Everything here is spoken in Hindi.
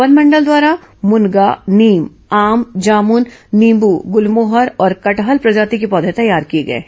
वनमंडल द्वारा मुनगा नीम आम जामुन नींबू गुलमोहर और कटहल प्रजाति के पौधे तैयार किए गए हैं